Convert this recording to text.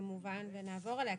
כמובן, ונעבור עליה.